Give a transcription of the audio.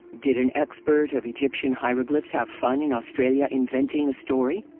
did an expert of egyptian hieroglyphs have fun in australia inventing a story?